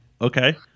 Okay